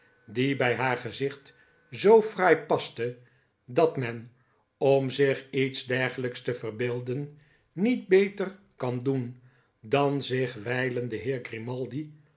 die bij haar gezicht zoo fraai paste dat men om zich iets dergelijks te verbeelden niet beter kan doen dan zich wijlen den